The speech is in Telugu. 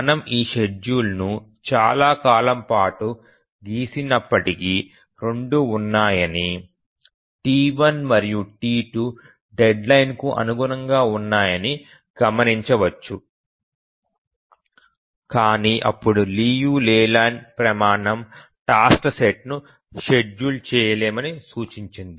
మనము ఈ షెడ్యూల్ను చాలా కాలం పాటు గీసినప్పటికీ రెండూ ఉన్నాయని T1 మరియు T2 డెడ్లైన్ కు అనుగుణంగా ఉన్నాయని గమనించవచ్చు కాని అప్పుడు లియు లేలాండ్ ప్రమాణం టాస్క్ ల సెట్ ను షెడ్యూల్ చేయలేమని సూచించింది